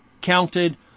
counted